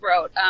wrote